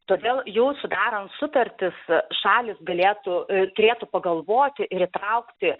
todėl jau sudarant sutartis šalys galėtų turėtų pagalvoti ir įtraukti